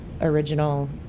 original